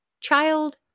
child